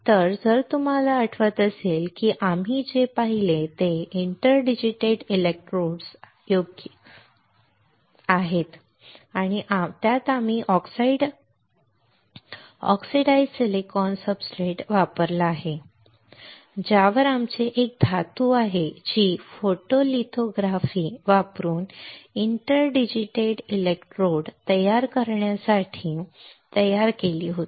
तर जर तुम्हाला आठवत असेल की आम्ही जे पाहिले ते इंटरडिजिटेटेड इलेक्ट्रोड्स योग्य आहेत आणि त्यात आम्ही ऑक्साइड ऑक्सिडाइज्ड सिलिकॉन सब्सट्रेट वापरला आहे ज्यावर आमच्याकडे एक धातू आहे जी फोटोलिथोग्राफी वापरून इंटरडिजिटेटेड इलेक्ट्रोड तयार करण्यासाठी नमुना तयार केली होती